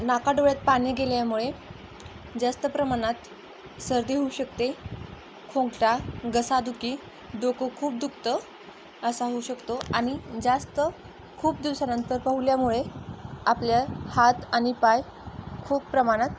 नाकाडोळ्यात पाणी गेल्यामुळे जास्त प्रमाणात सर्दी होऊ शकते खोंकटा घसादुखी डोकं खूप दुखतं असा होऊ शकतो आणि जास्त खूप दिवसानंतर पोहल्यामुळे आपल्या हात आणि पाय खूप प्रमाणात